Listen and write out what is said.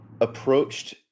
approached